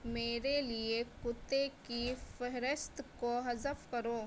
میرے لئے کتے کی فہرست کو حذف کرو